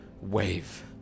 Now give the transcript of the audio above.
wave